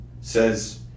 says